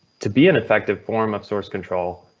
to be an effective form of source control,